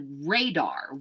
radar